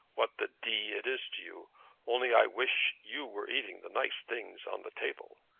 what the d it is to you only i wish you were eating the nice things on the table.